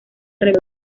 reveló